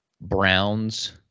Browns